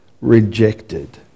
rejected